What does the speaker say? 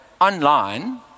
online